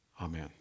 amen